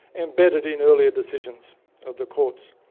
embedded in earlier decisions of the courts,